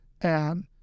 and-